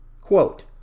Quote